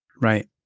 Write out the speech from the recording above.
Right